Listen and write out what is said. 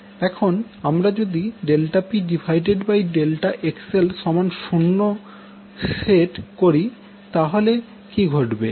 এখন আমরা যদি ΔPΔXL সমান 0 সেট করি তাহলে কি ঘটবে